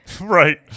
right